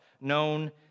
known